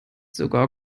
sogar